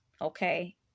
okay